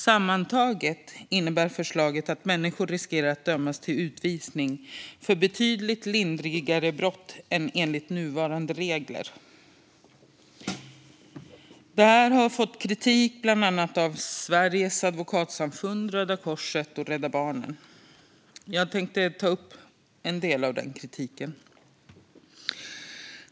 Sammantaget innebär förslaget att människor löper risk att dömas till utvisning för betydligt lindrigare brott än enligt nuvarande regler. Det här har fått kritik av bland annat Sveriges advokatsamfund, Röda Korset och Rädda Barnen. Jag tänkte ta upp en del av den kritiken.